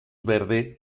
verde